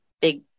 big